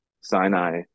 Sinai